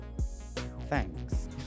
thanks